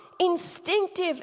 instinctive